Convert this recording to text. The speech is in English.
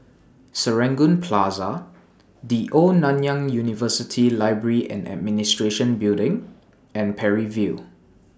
Serangoon Plaza The Old Nanyang University Library and Administration Building and Parry View